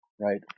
right